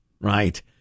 Right